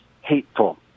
hateful